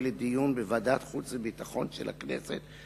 לדיון בוועדת חוץ וביטחון של הכנסת,